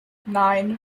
nine